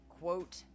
quote